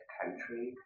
country